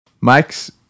Max